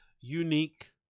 Unique